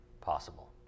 possible